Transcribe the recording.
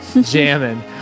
jamming